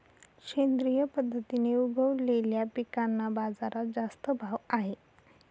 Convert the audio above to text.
सेंद्रिय पद्धतीने उगवलेल्या पिकांना बाजारात जास्त भाव आहे